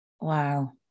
Wow